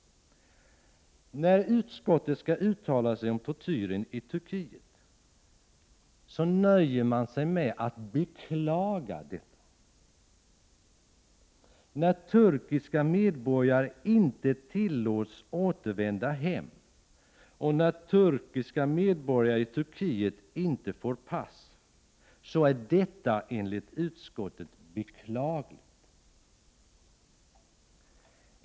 När utskottet skall uttala sig om tortyren i Turkiet nöjer man sig dock med att beklaga detta. När turkiska medborgare inte tillåts återvända hem och när turkiska medborgare i Turkiet inte får pass, är detta enligt utskottet beklagligt.